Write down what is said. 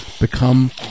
Become